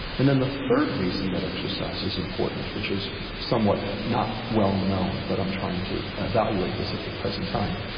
and then the third reason that exercise is important, which is somewhat not well known, but i'm trying to evaluate this at the present time,